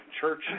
church